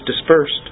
dispersed